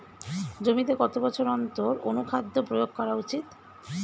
জমিতে কত বছর অন্তর অনুখাদ্য প্রয়োগ করা উচিৎ?